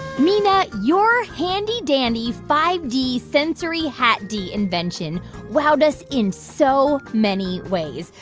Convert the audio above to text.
mina, your handy-dandy five d sensory hat d invention wowed us in so many ways.